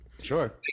sure